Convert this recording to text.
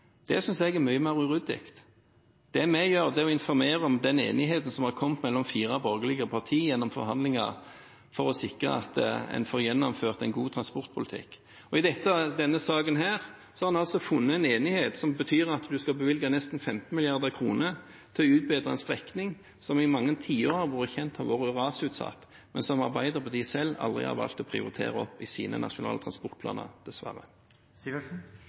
Det synes jeg er mye mer uryddig. Det vi gjør, er å informere om den enigheten som er kommet gjennom forhandlinger mellom fire borgerlige partier for å sikre at en får gjennomført en god transportpolitikk. I denne saken har en funnet en enighet som betyr at en skal bevilge nesten 15 mrd. kr til å utbedre en strekning som i mange tiår har vært kjent for å være rasutsatt, men som Arbeiderpartiet selv aldri har valgt å prioritere opp i sine nasjonale transportplaner,